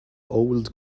old